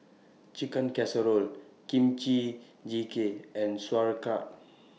Chicken Casserole Kimchi Jjigae and Sauerkraut